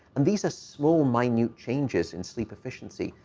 and these ah small minute changes in sleep efficiency,